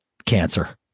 Cancer